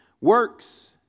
Works